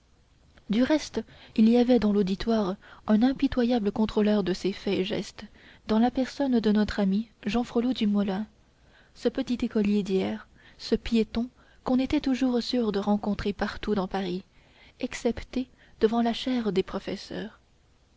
du reste il avait dans l'auditoire un impitoyable contrôleur de ses faits et gestes dans la personne de notre ami jehan frollo du moulin ce petit écolier d'hier ce piéton qu'on était toujours sûr de rencontrer partout dans paris excepté devant la chaire des professeurs